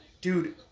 Dude